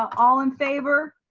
ah all in favor.